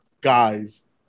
guys